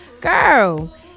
girl